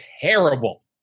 Terrible